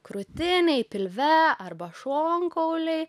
krūtinėj pilve arba šonkauliai